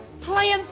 Playing